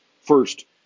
First